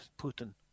Putin